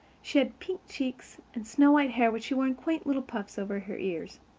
she had pink cheeks and snow-white hair which she wore in quaint little puffs over her ears.